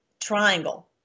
triangle